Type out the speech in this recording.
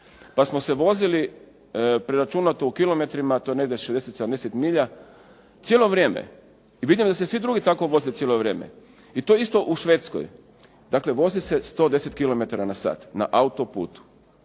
Pa smo se vozili preračunato u kilometrima, to je negdje 60, 70 milja, cijelo vrijeme i vidim da se svi drugi tako voze cijelo vrijeme i to je isto u Švedskoj. Dakle, vozi se 110 km/h na autoputu,